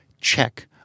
check